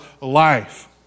life